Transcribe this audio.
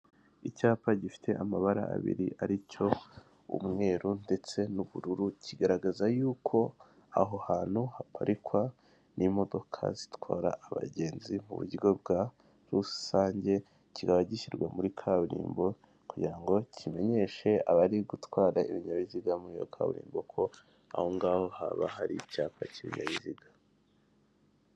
Icyapa gifite amabara abiri ari cyo umweru ndetse n'ubururu, kigaragaza yuko aho hantu haparikwa n'imodoka zitwara abagenzi mu buryo bwa rusange, kikaba gishyirwa muri kaburimbo kugira ngo kimenyeshe abari gutwara ibinyabiziga muri iyo kaburimbo ko aho ngaho haba hari icyapa cy'ibyo biziga.